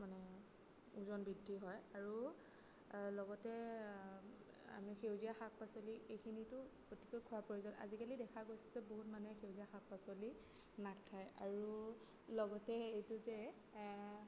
মানে ওজন বৃদ্ধি হয় আৰু লগতে আমি সেউজীয়া শাক পাচলি এইখিনিতো অতিকৈ খোৱা প্ৰয়োজন আজিকালি দেখা গৈছে যে বহুত মানুহে সেউজীয়া শাক পাচলি নাখায় আৰু লগতে এইটো যে